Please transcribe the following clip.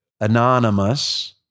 Anonymous